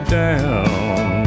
down